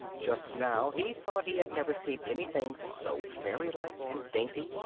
just now he thought he had never seen anything so fairylike and dainty,